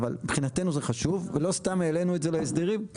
אבל מבחינתנו זה חשוב ולא סתם העלינו את זה להסדרים.